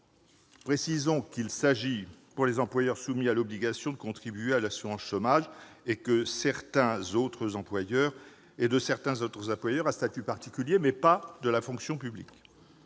Précisons qu'il s'agit des employeurs soumis à l'obligation de contribuer à l'assurance chômage et de certains autres employeurs à statut particulier, mais pas de la fonction publique.